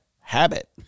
habit